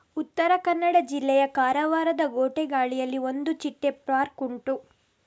ಉತ್ತರ ಕನ್ನಡ ಜಿಲ್ಲೆಯ ಕಾರವಾರದ ಗೋಟೆಗಾಳಿಯಲ್ಲಿ ಒಂದು ಚಿಟ್ಟೆ ಪಾರ್ಕ್ ಉಂಟು